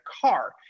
car